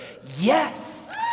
Yes